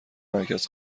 مرکز